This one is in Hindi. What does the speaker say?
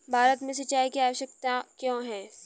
भारत में सिंचाई की आवश्यकता क्यों है?